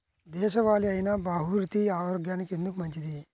దేశవాలి అయినా బహ్రూతి ఆరోగ్యానికి ఎందుకు మంచిది?